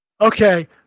Okay